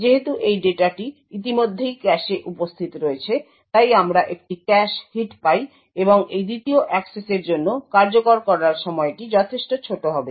যেহেতু এই ডেটাটি ইতিমধ্যেই ক্যাশে উপস্থিত রয়েছে তাই আমরা একটি ক্যাশ হিট পাই এবং এই দ্বিতীয় অ্যাক্সেসের জন্য কার্যকর করার সময়টি যথেষ্ট ছোট হবে